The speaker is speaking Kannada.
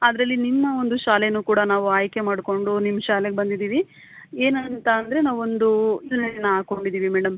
ಅದರಲ್ಲಿ ನಿಮ್ಮ ಒಂದು ಶಾಲೆನು ಕೂಡ ನಾವು ಆಯ್ಕೆ ಮಾಡಿಕೊಂಡು ನಿಮ್ಮ ಶಾಲೆಗೆ ಬಂದಿದ್ದೀವಿ ಏನಂತ ಅಂದರೆ ನಾವೊಂದು ಹಾಕೊಂಡಿದ್ದೀವಿ ಮೇಡಮ್